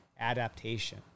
adaptation